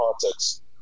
context